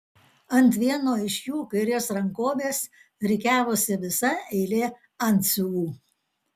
ant vieno iš jų kairės rankovės rikiavosi visa eilė antsiuvų